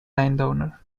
landowner